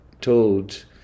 told